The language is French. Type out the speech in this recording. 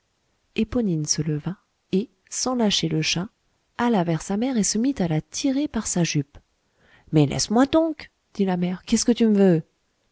éponine se leva et sans lâcher le chat alla vers sa mère et se mit à la tirer par sa jupe mais laisse-moi donc dit la mère qu'est-ce que tu me veux